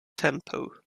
tempo